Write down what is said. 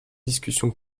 discussion